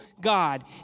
God